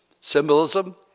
Symbolism